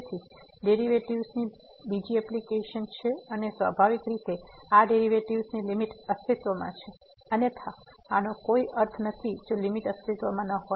તેથી તે ડેરિવેટિવ્ઝ ની બીજી એપ્લિકેશન છે અને સ્વાભાવિક રીતે આ ડેરિવેટિવ્ઝ ની લીમીટ અસ્તિત્વમાં છે અન્યથા આનો કોઈ અર્થ નથી જો લીમીટ અસ્તિત્વમાં નથી